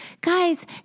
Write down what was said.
Guys